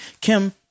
Kim